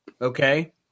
okay